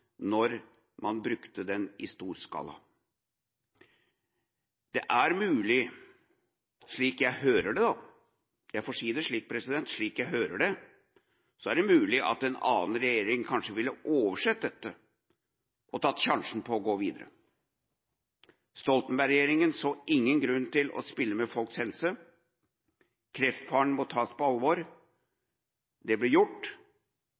når man brukte den i stor skala. Det er mulig, slik jeg hører det – jeg får si det slik – at en annen regjering kanskje ville oversett dette og tatt sjansen på å gå videre. Stoltenberg-regjeringa så ingen grunn til å spille med folks helse. Kreftfaren må tas på alvor – det ble gjort,